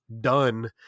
done